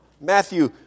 Matthew